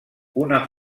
una